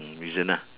mm reason lah